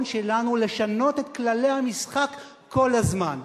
שלנו לשנות את כללי המשחק כל הזמן.